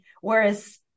Whereas